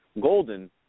Golden